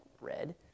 red